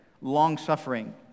long-suffering